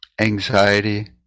anxiety